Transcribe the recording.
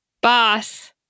boss